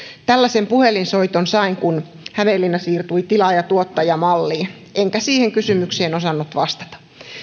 tällaisen puhelinsoiton sain kun hämeenlinna siirtyi tilaaja tuottaja malliin enkä siihen kysymykseen osannut vastata